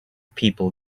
people